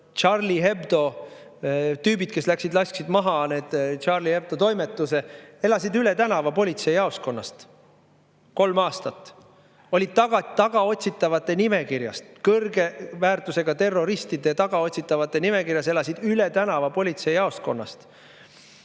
ja kõik. Tüübid, kes läksid ja lasksid maha Charlie Hebdo toimetuse, elasid üle tänava politseijaoskonnast. Kolm aastat olid nad tagaotsitavate nimekirjas, kõrge väärtusega terroristide tagaotsitavate nimekirjas, ja nad elasid üle tänava politseijaoskonnast.